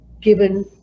given